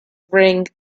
ring